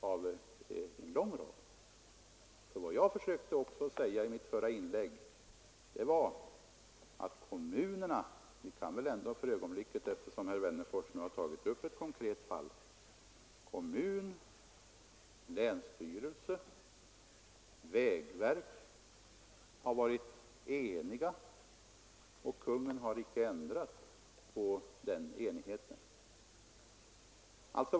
Eftersom herr Wennerfors har tagit upp ett konkret fall kan vi för ett ögonblick beröra det; vad jag försökte säga i mitt förra inlägg var att kommun, länsstyrelse och vägverk har varit eniga i sin uppfattning och att Kungl. Maj:t inte har gjort någon ändring.